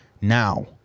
Now